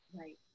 Right